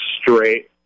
straight